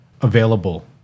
available